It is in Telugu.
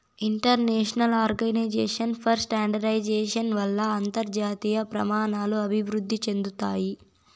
ఇంటర్నేషనల్ ఆర్గనైజేషన్ ఫర్ స్టాండర్డయిజేషన్ వల్ల అంతర్జాతీయ ప్రమాణాలు అభివృద్ధి చెందుతాయి